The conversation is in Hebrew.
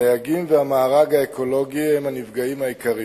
הדייגים והמארג האקולוגי הם הנפגעים העיקריים.